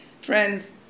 Friends